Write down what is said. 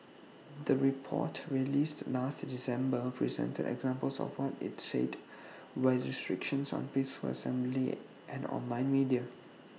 the report released last December presented examples of what IT said were restrictions on peaceful assembly and online media